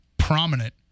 prominent